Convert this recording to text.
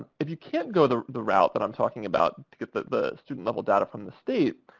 if you can't go the the route that i'm talking about to get the the student-level data from the state,